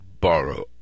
borrow